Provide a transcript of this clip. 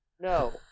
No